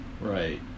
Right